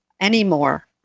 anymore